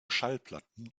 schallplatten